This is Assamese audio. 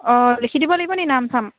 অঁ লিখি দিব লাগিবনি নাম চাম